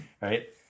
right